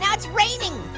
yeah it's raining,